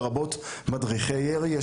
לרבות מדריכי ירי.